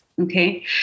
okay